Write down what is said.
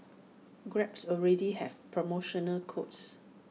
grabs already has promotional codes